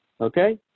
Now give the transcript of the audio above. Okay